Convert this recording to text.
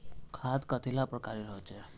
खाद कतेला प्रकारेर होचे?